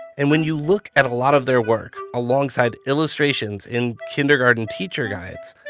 and when you look at a lot of their work alongside illustrations in kindergarten teacher guides,